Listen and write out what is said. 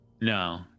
No